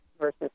versus